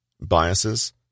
biases